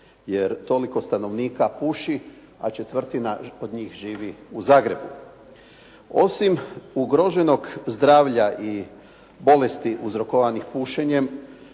jer toliko stanovnika puši a četvrtina od njih živi u Zagrebu. Osim ugroženog zdravlja i bolesti uzrokovanih pušenjem